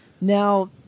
Now